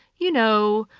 you know,